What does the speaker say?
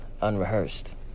unrehearsed